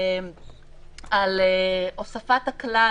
על הוספת הכלל